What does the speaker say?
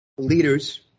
leaders